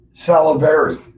Salivary